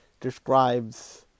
describes